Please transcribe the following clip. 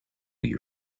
you